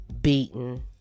beaten